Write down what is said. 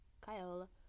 Kyle